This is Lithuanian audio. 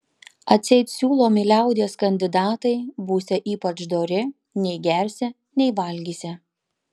atseit siūlomi liaudies kandidatai būsią ypač dori nei gersią nei valgysią